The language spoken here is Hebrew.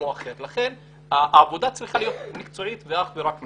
לכן העבודה צריכה להיות מקצועית ואך ורק מקצועית.